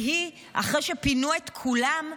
כי אחרי שפינו את כולם,